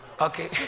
okay